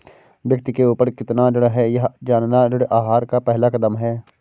व्यक्ति के ऊपर कितना ऋण है यह जानना ऋण आहार का पहला कदम है